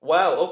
Wow